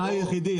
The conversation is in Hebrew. אתה היחידי.